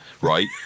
Right